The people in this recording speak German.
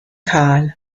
kahl